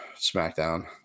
SmackDown